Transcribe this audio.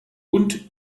und